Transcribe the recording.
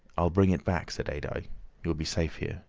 i'll bring it back, said adye, you'll be safe here